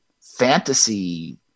fantasy